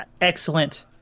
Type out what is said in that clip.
excellent